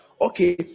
okay